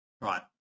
Right